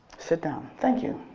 sit down. thank you.